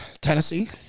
Tennessee